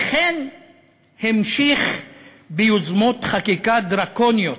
וכן נמשך ביוזמות חקיקה דרקוניות,